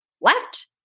left